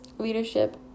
leadership